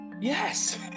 Yes